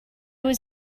was